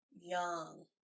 young